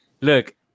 Look